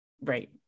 right